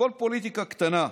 הכול פוליטיקה קטנה.